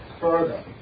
further